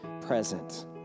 present